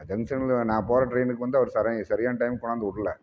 ஜங்ஷன்ல நான் போகிற ட்ரைனுக்கு வந்து அவர் சரியான டைமுக்கு கொண்டாந்து விட்ல